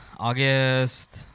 August